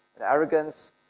arrogance